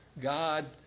God